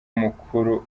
mukuru